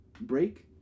break